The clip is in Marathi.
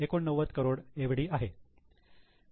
89 करोड एवढी आहे